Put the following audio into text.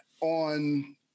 on